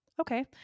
Okay